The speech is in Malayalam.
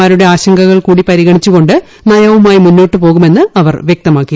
മാരുടെ ആശങ്കകൾ കൂടി പരിഗണിച്ച് കൊണ്ട് നയവുമായി മുന്നോട്ട് പോകുമെന്ന് അവർ വ്യക്തമാക്കി